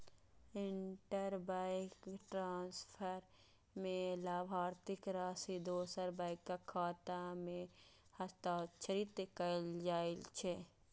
interbank transfer मे लाभार्थीक राशि दोसर बैंकक खाता मे हस्तांतरित कैल जाइ छै